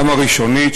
גם הראשונית,